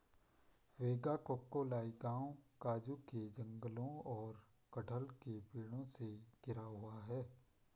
वेगाक्कोलाई गांव काजू के जंगलों और कटहल के पेड़ों से घिरा हुआ है